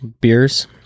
beers